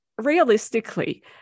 realistically